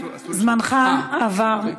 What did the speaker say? אורן חזן, זמנך עבר.